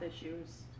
issues